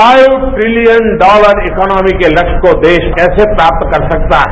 phi trillion dollar economy के लक्ष्य को देश कैसे प्राप्त कर सकता है